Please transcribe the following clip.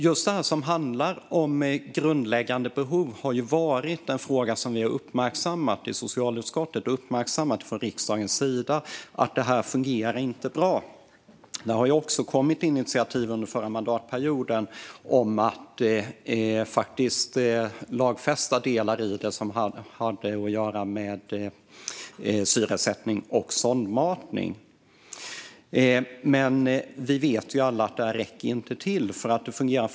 Just när det gäller grundläggande behov har socialutskottet och riksdagen uppmärksammat att det inte fungerar bra. Förra mandatperioden kom också initiativ om att lagfästa delar i det som hade med syresättning och sondmatning att göra. Men vi vet alla att det inte räcker.